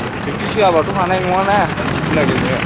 practice होयाबाथ' हानाय नङाना नों खेला गेलेनो